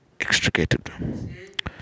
extricated